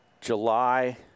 July